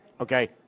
okay